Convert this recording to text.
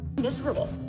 Miserable